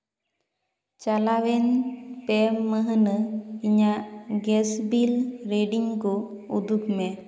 ᱪᱟᱞᱟᱣᱮᱱ ᱯᱮ ᱢᱟᱹᱱᱦᱟᱹ ᱤᱧᱟᱹᱜ ᱜᱮᱥ ᱵᱤᱞ ᱨᱮᱰᱤᱝ ᱠᱚ ᱩᱫᱩᱜᱽ ᱢᱮ